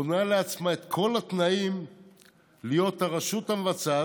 בונה לעצמה את כל התנאים להיות הרשות המבצעת,